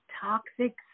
toxic